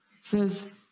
Says